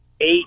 eight